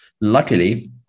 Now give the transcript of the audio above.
luckily